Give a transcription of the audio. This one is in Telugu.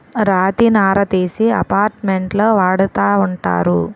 రాతి నార తీసి అపార్ట్మెంట్లో వాడతా ఉంటారు